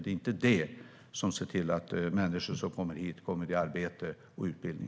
Det är inte det som gör att människor som kommer hit kommer i arbete och utbildning.